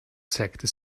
zeigte